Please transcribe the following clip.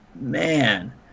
man